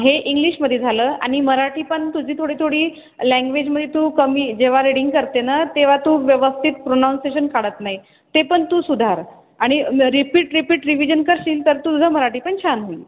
हे इंग्लिशमध्ये झालं आणि मराठी पण तुझी थोडी थोडी लँग्वेजमध्ये तू कमी जेव्हा रीडिंग करते ना तेव्हा तू व्यवस्थित प्रोनाऊन्सेशन काढत नाही ते पण तू सुधार आणि रिपीट रिपीट रिविजन करशील तर तुझं मराठी पण छान होईल